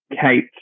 Kate